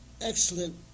excellent